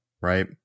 right